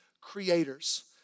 creators